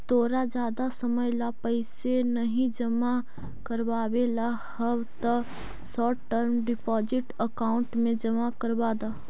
तोरा जादा समय ला पैसे नहीं जमा करवावे ला हव त शॉर्ट टर्म डिपॉजिट अकाउंट में जमा करवा द